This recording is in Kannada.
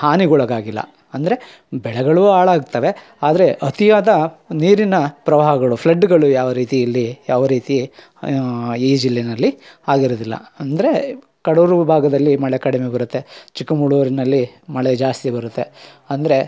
ಹಾನಿಗೊಳಗಾಗಿಲ್ಲ ಅಂದರೆ ಬೆಳೆಗಳು ಹಾಳಾಗ್ತವೆ ಆದರೆ ಅತಿಯಾದ ನೀರಿನ ಪ್ರವಾಹಗಳು ಫ್ಲಡ್ಗಳು ಯಾವ ರೀತಿ ಇಲ್ಲಿ ಯಾವ ರೀತಿ ಈ ಜಿಲ್ಲೆನಲ್ಲಿ ಆಗಿರುವುದಿಲ್ಲ ಅಂದರೆ ಕಡೂರು ಭಾಗದಲ್ಲಿ ಮಳೆ ಕಡಿಮೆ ಬರುತ್ತೆ ಚಿಕ್ಕಮಗಳೂರಿನಲ್ಲಿ ಮಳೆ ಜಾಸ್ತಿ ಬರುತ್ತೆ ಅಂದರೆ